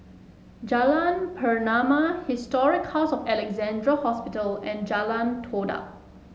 Jalan Pernama Historic House of Alexandra Hospital and Jalan Todak